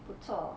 不错